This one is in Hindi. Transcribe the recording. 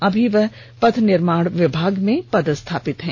अभी वह पथ निर्माण विभाग में पदस्थापित हैं